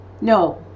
no